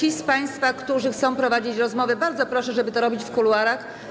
Tych z państwa, którzy chcą prowadzić rozmowy - bardzo proszę, żeby to robić w kuluarach.